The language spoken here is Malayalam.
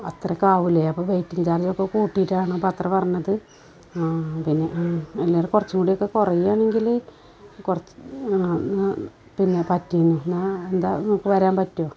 അത്രയൊക്കെ ആവുമല്ലേ അപ്പോൾ വെയ്റ്റിംഗ് ചാർജ് ഒക്കെ കൂട്ടിയിട്ട് ആണോ അപ്പോൾ അത്ര പറഞ്ഞത് പിന്നെ എല്ലാം കുറച്ചുകൂടെ ഒക്കെ കുറയുകയാണെങ്കിൽ കൊറച്ച് പിന്നെ പറ്റി എന്നാൽ എന്താണ് വരാൻ പറ്റുമോ